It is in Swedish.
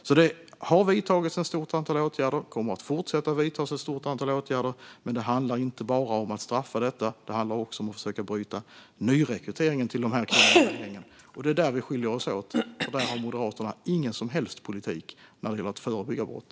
Det har alltså vidtagits ett stort antal åtgärder, och det kommer att fortsätta att vidtas ett stort antal åtgärder. Men det handlar inte bara om straffen här, utan det handlar också om att försöka bryta nyrekryteringen till dessa kriminella gäng. Det är där vi skiljer oss åt, för Moderaterna har ingen som helst politik när det gäller att förebygga brott.